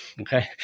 Okay